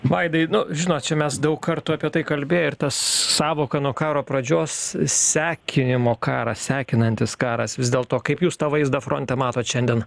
vaidai nu žinot čia mes daug kartų apie tai kalbėję ir tas sąvoka nuo karo pradžios sekinimo karas sekinantis karas vis dėlto kaip jūs tą vaizdą fronte matot šiandien